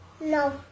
No